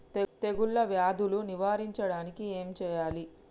తెగుళ్ళ వ్యాధులు నివారించడానికి ఏం చేయాలి?